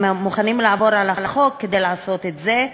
הם מוכנים לעבור על החוק כדי לעשות את זה,